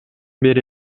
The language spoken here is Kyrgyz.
бери